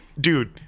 dude